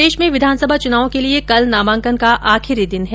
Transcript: प्रदेश में विधानसभा चुनाव के लिये कल नामांकन का आखरी दिन है